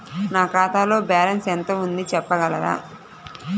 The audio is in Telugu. నా ఖాతాలో బ్యాలన్స్ ఎంత ఉంది చెప్పగలరా?